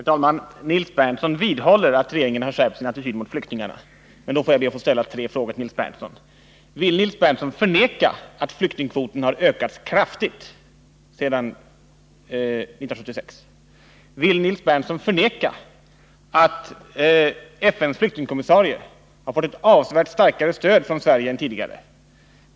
Herr talman! Nils Berndtson vidhåller att regeringen har skärpt sin attityd mot flyktingarna. Då skall jag be att få ställa tre frågor till Nils Berndtson. Vill Nils Berndtson förneka att flyktingkvoten ökat kraftigt sedan 1976? Vill Nils Berndtson förneka att FN:s flyktingkommissarie har fått ett avsevärt starkare stöd från Sverige än tidigare?